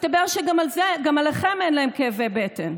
מסתבר שגם עליכם אין להם כאבי בטן.